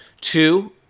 Two